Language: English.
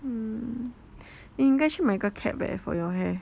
mm 应该去买一个 cap eh for your hair